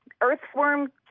earthworm